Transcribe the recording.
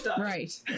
Right